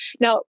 Now